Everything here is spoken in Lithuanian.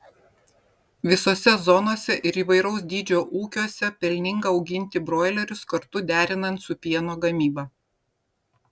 visose zonose ir įvairaus dydžio ūkiuose pelninga auginti broilerius kartu derinant su pieno gamyba